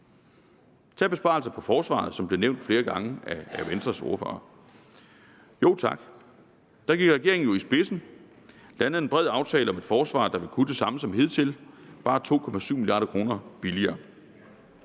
tage besparelser på forsvaret, som blev nævnt flere gange af Venstres ordfører. Jo tak, der gik regeringen jo i spidsen og dannede en bred aftale om et forsvar, der vil kunne det samme som hidtil, bare 2,7 mia. kr. billigere.